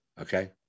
Okay